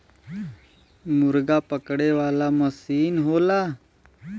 मुरगा पकड़े वाला मसीन होला